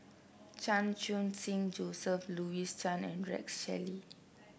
Chan Khun Sing Joseph Louis Chen and Rex Shelley